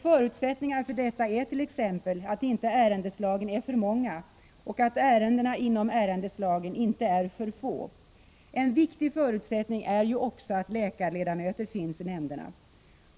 Förutsättningar för detta är t.ex. att ärendeslagen inte är för många och att ärendena inom ärendeslagen inte är för få. En viktig förutsättning är också att läkarledamöter finns i nämnderna.